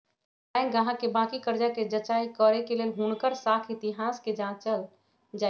bank गाहक के बाकि कर्जा कें जचाई करे के लेल हुनकर साख इतिहास के जाचल जाइ छइ